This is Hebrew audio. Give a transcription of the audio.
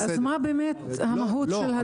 מה המהות של הדבר?